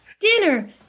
dinner